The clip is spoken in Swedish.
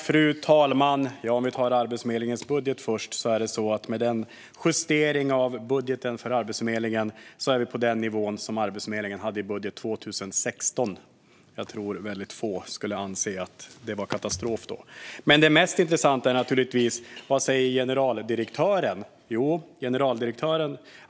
Fru talman! Vi tar Arbetsförmedlingens budget först. Med den justering som nu görs är Arbetsförmedlingens budget nere på den nivå som den hade 2016. Jag tror att få skulle anse att det var katastrof då. Men det mest intressanta är naturligtvis vad generaldirektören säger.